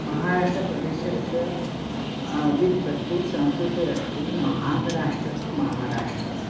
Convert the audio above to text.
महाराष्ट्रप्रदेशस्य व्युत्पत्तिः संस्कृते अस्ति महान् राष्ट्रः महाराष्ट्रः